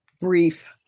brief